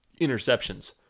interceptions